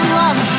love